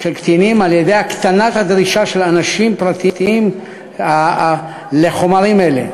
על-ידי הקטנת הדרישה של אנשים פרטיים לחומרים אלה.